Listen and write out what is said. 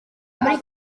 muri